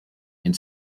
and